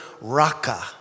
Raka